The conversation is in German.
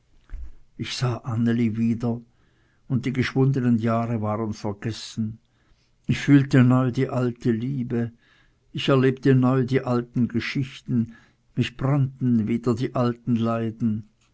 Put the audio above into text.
ich sah anneli wieder und die geschwundenen jahre waren vergessen ich fühlte neu die alte liebe ich erlebte neu die alten geschichten mich brannten wieder die alten leiden